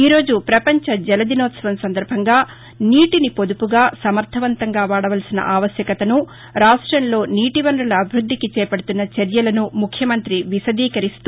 ఈ రోజు పపంచ జల దినోత్సవం సందర్బంగా నీటిని పొదుపుగా సమర్దవంతంగా వాదవలసిన ఆవశ్యకతను రాష్టంలో నీటి వనరుల అభివృద్దికి చేపదుతున్న చర్యలను ముఖ్యమంత్రి విశదీకరిస్తూ